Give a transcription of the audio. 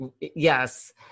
yes